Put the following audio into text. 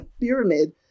pyramid